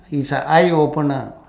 it's a eye opener